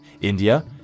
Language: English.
India